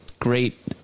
great